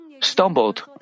stumbled